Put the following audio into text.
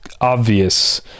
obvious